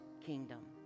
kingdom